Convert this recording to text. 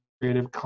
creative